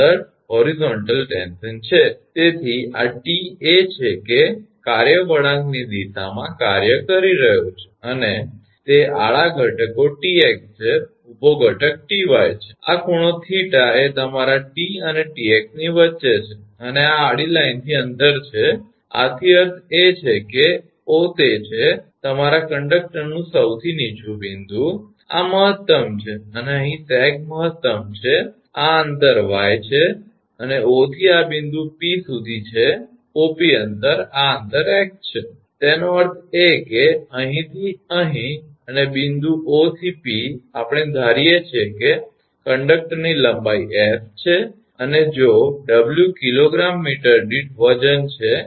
તેથી આ 𝑇 એ છે કે કાર્ય વળાંકની દિશામાં કાર્ય કરી રહ્યું છે અને તે આડા ઘટકો 𝑇𝑥 છે અને ઊભો ઘટક 𝑇𝑦 છે અને આ ખૂણો 𝜃 એ તમારા 𝑇 અને 𝑇𝑥 ની વચ્ચે છે અને આ આડી લાઇનથી અંતર છે આથી અર્થ એ છે કે 𝑂 તે છે તમારા કંડકટરનું સૌથી નીચું બિંદુ આ મહત્તમ છે અને અહીં સેગ મહત્તમ છે આ અંતર 𝑦 છે અને 𝑂 થી આ બિંદુ 𝑃 સુધી છે 𝑂𝑃 આ અંતર 𝑥 છે તેનો અર્થ એ કે અહીંથી અહીં અને બિંદુ 𝑂 થી 𝑃 આપણે ધારીએ છીએ કે કંડકટરની લંબાઈ 𝑠 છે અને જો 𝑊 કિલોગ્રામ મીટર દીઠ વજન છે